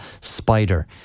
spider